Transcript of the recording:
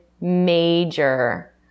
major